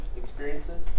experiences